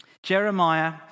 Jeremiah